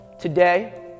today